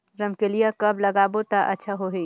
रमकेलिया कब लगाबो ता अच्छा होही?